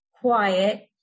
quiet